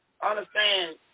understand